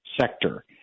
sector